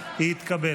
התקבל.